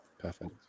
Perfect